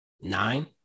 Nine